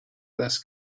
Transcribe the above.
this